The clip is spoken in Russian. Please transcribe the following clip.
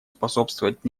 способствовать